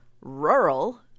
rural